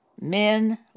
men